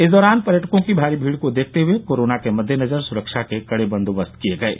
इस दौरान पर्यटकों की भारी भीड़ को देखते हुए कोरोना के मद्देनजर सुरक्षा के कड़े बंदोबस्त किये गये